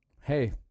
Hey